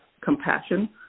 compassion